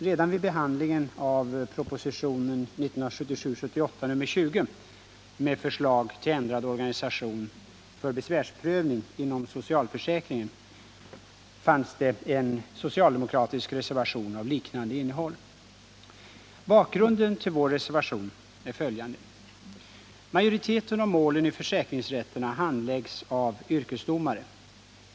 Redan vid behandlingen av propositionen 1977/78:20 med förslag till ändrad organisation för besvärsprövning inom socialförsäkringen förelåg en socialdemokratisk reservation av liknande innehåll. Bakgrunden till vår reservation är följande. Majoriteten av målen i försäkringsrätterna handläggs av yrkesdomare.